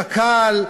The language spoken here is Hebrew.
קק"ל,